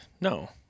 No